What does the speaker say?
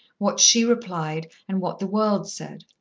what she replied, and what the world said.